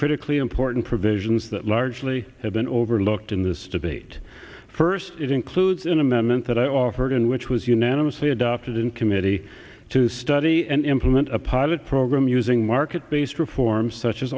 critically important provisions that largely have been overlooked in this debate first it includes an amendment that i offered and which was unanimous adopted in committee to study and implement a pilot program using market based reforms such as